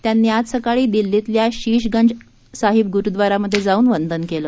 त्यांनी आज सकाळी दिल्लीतल्या शीश गंज साहिब गुरुद्वारामध्ये जाऊन वंदन केलं